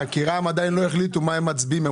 כי רע"מ עדיין לא החליטו מה הם מצביעים.